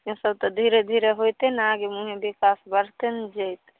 ईसब तऽ धीरे धीरे होइतेै ने जे आगे मुँहे विकास बढ़तै ने जेतै